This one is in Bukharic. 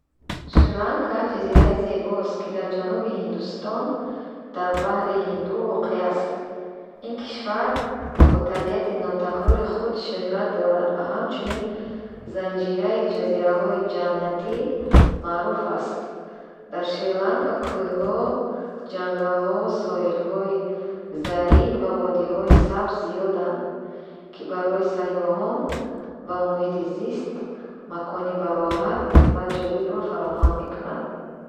Шри-Ланка ҷазираи зебост, ки дар ҷануби Ҳиндустон, дар баҳри Ҳинду, воқеъ аст. Ин кишвар бо табиати нотакрори худ шӯҳрат дорад ва ҳамчун "Занҷираи ҷазираҳои ҷаннатӣ" маъруф аст. Дар Шри-Ланка кӯҳҳо, ҷангалҳо, соҳилҳои заррин ва водиҳои сабз зиёданд, ки барои сайёҳон ва муҳити зист макони бароҳат ва ҷолибро фароҳам мекунанд.